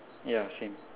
ya same